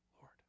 Lord